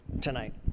tonight